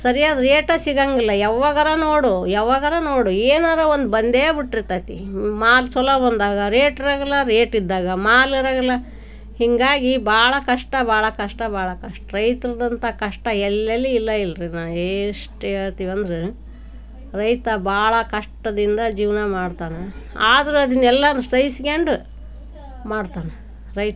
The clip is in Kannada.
ಸರಿಯಾದ ರೇಟ ಸಿಗೋಂಗಿಲ್ಲ ಯಾವಾಗರ ನೋಡು ಯಾವಾಗರ ನೋಡು ಏನಾದ್ರು ಒಂದು ಬಂದೇ ಬಿಟ್ಟಿರ್ತದೆ ಮಾಲು ಛಲೋ ಬಂದಾಗ ರೇಟ್ ಇರೋಂಗಿಲ್ಲ ರೇಟಿದ್ದಾಗ ಮಾಲು ಇರೋಂಗಿಲ್ಲ ಹೀಗಾಗಿ ಭಾಳ ಕಷ್ಟ ಭಾಳ ಕಷ್ಟ ಭಾಳ ಕಷ್ಟ ರೈತರದ್ದಂಥ ಕಷ್ಟ ಎಲ್ಲೆಲ್ಲಿ ಇಲ್ಲ ಇಲ್ಲ ರೀ ನನಗೆ ಎಷ್ಟು ಹೇಳ್ತೀವಿ ಅಂದ್ರೆ ರೈತ ಭಾಳ ಕಷ್ಟದಿಂದ ಜೀವನ ಮಾಡ್ತಾನೆ ಆದರೂ ಅದನ್ನು ಎಲ್ಲಾನೂ ಸಹಿಸ್ಕೊಂಡು ಮಾಡ್ತಾನೆ ರೈತ